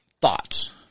thoughts